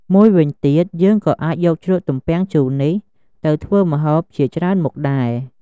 មួយវិញទៀត យើងក៏អាចយកជ្រក់ទំពាំងជូរនេះទៅធ្វើម្ហូបជាច្រើនមុខដែរ។